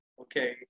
Okay